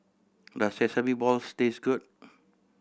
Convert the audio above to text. does sesame balls taste good